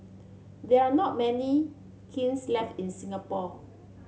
there are not many kilns left in Singapore